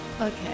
Okay